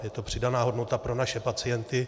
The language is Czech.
Je to přidaná hodnota pro naše pacienty.